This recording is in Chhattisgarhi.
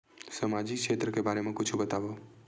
सामजिक क्षेत्र के बारे मा कुछु बतावव?